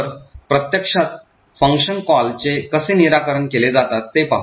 तर प्रत्यक्षात function call चे कसे निराकरण केले जातात ते पाहू